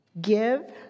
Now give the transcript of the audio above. give